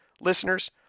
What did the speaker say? Listeners